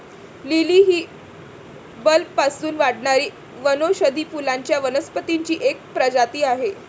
lily ही बल्बपासून वाढणारी वनौषधी फुलांच्या वनस्पतींची एक प्रजाती आहे